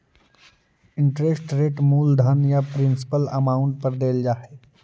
interest rate मूलधन या principal amount पर देल जा हई